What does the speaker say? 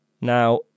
Now